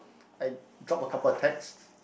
I drop a couple of text